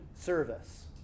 service